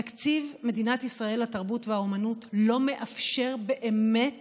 תקציב מדינת ישראל לתרבות והאומנות לא מאפשר באמת